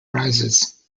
rises